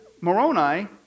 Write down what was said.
Moroni